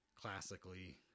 Classically